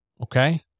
Okay